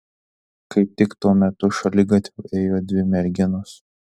kaip tik tuo metu šaligatviu ėjo dvi merginos